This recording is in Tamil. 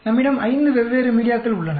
நம்மிடம் ஐந்து வெவ்வேறு மீடியாக்கள் உள்ளன